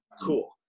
cool